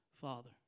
father